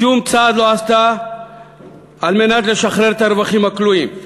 שום צעד לא עשתה כדי לשחרר את הרווחים הכלואים,